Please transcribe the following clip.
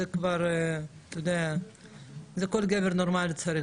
זה כל גבר נורמלי צריך,